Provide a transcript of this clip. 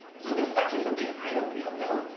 so this actually something i don't really know.